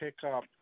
pickup